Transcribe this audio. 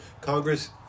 Congress